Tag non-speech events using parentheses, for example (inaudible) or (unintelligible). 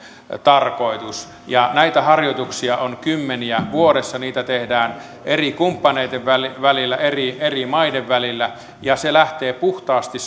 tarkoitus näitä harjoituksia on kymmeniä vuodessa niitä tehdään eri kumppaneiden välillä välillä eri eri maiden välillä ja se lähtee puhtaasti (unintelligible)